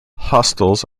hostels